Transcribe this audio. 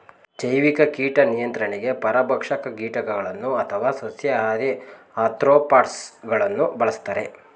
ಜೈವಿಕ ಕೀಟ ನಿಯಂತ್ರಣಗೆ ಪರಭಕ್ಷಕ ಕೀಟಗಳನ್ನು ಅಥವಾ ಸಸ್ಯಾಹಾರಿ ಆಥ್ರೋಪಾಡ್ಸ ಗಳನ್ನು ಬಳ್ಸತ್ತರೆ